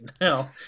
Now